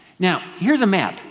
now here's a map,